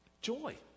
Joy